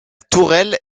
tourelle